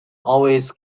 always